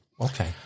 okay